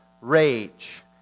rage